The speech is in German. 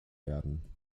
werden